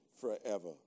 forever